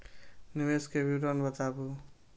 निवेश के विवरण बताबू?